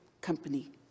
company